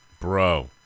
Bro